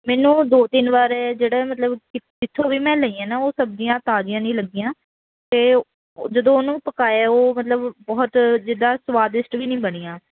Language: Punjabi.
ਮੈਨੂੰ ਦੋ ਤਿੰਨ ਵਾਰ ਜਿਹੜੇ ਮਤਲਬ ਜਿੱਥੋਂ ਵੀ ਮੈਂ ਲਈ ਆ ਨਾ ਉਹ ਸਬਜ਼ੀਆਂ ਤਾਜੀਆਂ ਨਹੀਂ ਲੱਗੀਆਂ ਅਤੇ ਉਹ ਜਦੋਂ ਉਹਨੂੰ ਪਕਾਇਆ ਉਹ ਮਤਲਬ ਬਹੁਤ ਜਿੱਦਾਂ ਸਵਾਦਿਸ਼ਟ ਵੀ ਨਹੀਂ ਬਣੀਆਂ